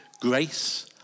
grace